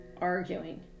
arguing